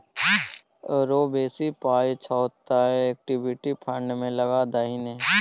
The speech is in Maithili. रौ बेसी पाय छौ तँ इक्विटी फंड मे लगा दही ने